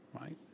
right